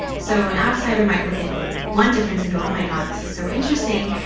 so an outsider might look at one difference and go oh my god, this is so interesting,